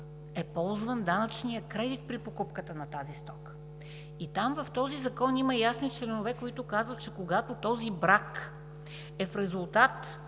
е ползван данъчният кредит при покупката на тази стока. В този закон има ясни членове, които казват, че когато този брак е в резултат